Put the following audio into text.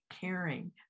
caring